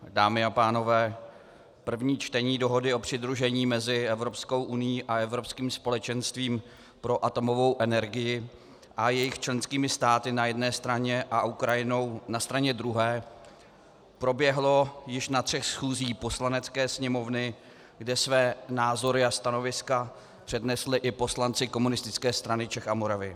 Dámy a pánové, první čtení Dohody o přidružení mezi Evropskou unií a Evropským společenstvím pro atomovou energii a jejich členskými státy na jedné straně a Ukrajinou na straně druhé proběhlo již na třech schůzích Poslanecké sněmovny, kde své názory a stanoviska přednesli i poslanci Komunistické strany Čech a Moravy.